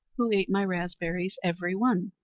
who ate my raspberries every one.